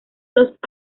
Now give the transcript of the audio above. los